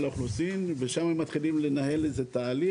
האוכלוסין ושם מתחילים לנהל את זה תהליך,